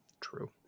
True